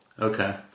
Okay